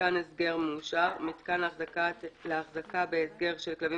"מיתקן הסגר מאושר" מיתקן להחזקה בהסגר של כלבים